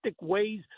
ways